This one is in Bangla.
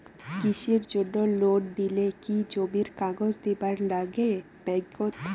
কৃষির জন্যে লোন নিলে কি জমির কাগজ দিবার নাগে ব্যাংক ওত?